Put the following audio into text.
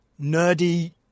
nerdy